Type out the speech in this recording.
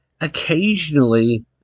occasionally